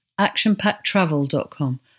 actionpacktravel.com